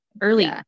early